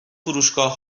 فروشگاه